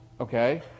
okay